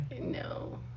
no